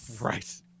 Right